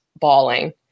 bawling